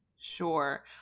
Sure